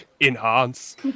Enhance